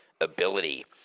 ability